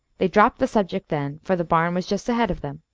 they dropped the subject then, for the barn was just ahead of them,